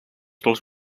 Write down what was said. dels